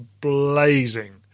blazing